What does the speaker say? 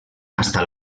hasta